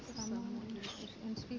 se jos ei